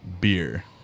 beer